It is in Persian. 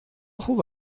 خوب